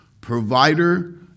provider